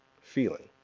feeling